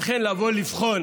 ולכן, לבוא לבחון